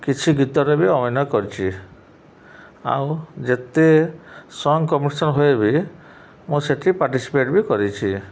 କିଛି ଗୀତରେ ବି ଅଭିନୟ କରିଛି ଆଉ ଯେତେ ସଙ୍ଗ କମ୍ପିଟିସନ୍ ହୁଏ ବି ମୁଁ ସେଠି ପାର୍ଟିସିପେଟ୍ ବି କରିଛି